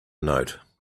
note